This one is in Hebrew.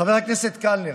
חבר הכנסת קלנר,